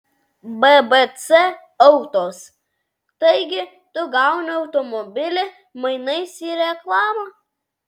bbc autos taigi tu gauni automobilį mainais į reklamą